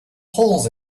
holes